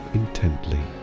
intently